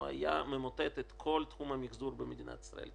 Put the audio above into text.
הוא היה ממוטט את כל תחום המחזור במדינת ישראל,